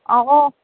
ꯑꯧ ꯑꯧ